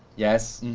yes,